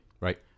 Right